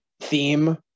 theme